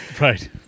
Right